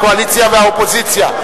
הקואליציה והאופוזיציה,